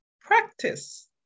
practice